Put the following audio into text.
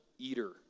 eater